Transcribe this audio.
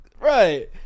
Right